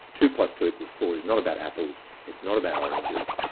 two plus two equals four is not about apples, it's not about oranges,